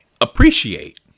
appreciate